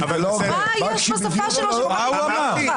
מה יש בשפה שלו --- מה הוא אמר?